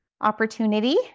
opportunity